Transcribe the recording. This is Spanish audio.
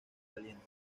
caliente